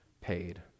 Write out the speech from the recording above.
paid